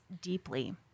deeply